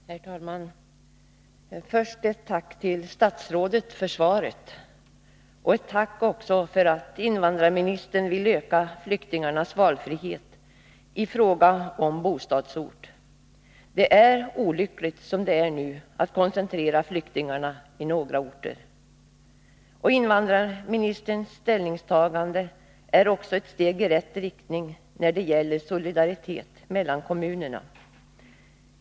Herr talman! Först ett tack till statsrådet för svaret. Ett tack också för att invandrarministern vill öka flyktingarnas valfrihet i fråga om bostadsort. Det är olyckligt som det är nu — att man koncentrerar flyktingarna till några orter. Invandrarministerns ställningstagande är också ett steg i rätt riktning när det gäller solidaritet mellan kommunerna.